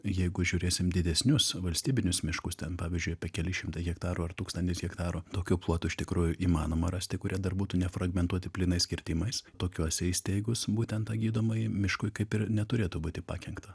jeigu žiūrėsim didesnius valstybinius miškus ten pavyzdžiui apie kelis šimtai hektarų ar tūkstantis hektarų tokių plotų iš tikrųjų įmanoma rasti kurie dar būtų nefragmentuoti plynais kirtimais tokiuose įsteigus būtent tą gydomąjį miškui kaip ir neturėtų būti pakenkta